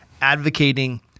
advocating